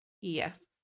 yes